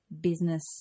business